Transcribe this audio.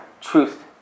truth